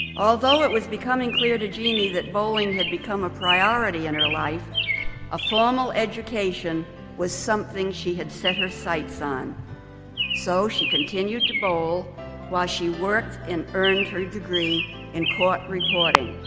although it was becoming clear to jeanne that bowling had become a priority in her life a formal education was something she had set her sights on so she continued to bowl while she worked in earned her degree in court reporting.